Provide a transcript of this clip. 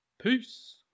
Peace